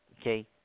Okay